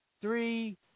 three